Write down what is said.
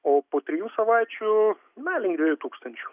o po trijų savaičių na link dviejų tūkstančių